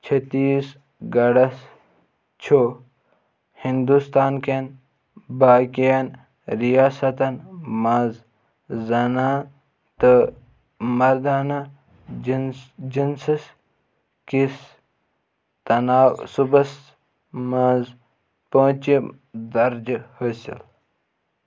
چھتیٖس گڑھس چھُ ہندوستان کٮ۪ن باقین ریاستن منٛز زنان تہٕ مردانہ جنٕس جنٕسہٕ کِس تناصُبس منز پٲنژِم درجہِ حٲصِل